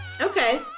Okay